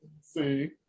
see